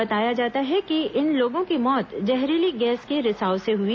बताया जाता है कि इन लोगों की मौत जहरीली गैस के रिसाव से हुई